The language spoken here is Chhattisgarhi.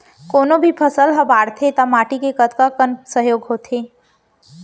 कोनो भी फसल हा बड़थे ता माटी के कतका कन सहयोग होथे?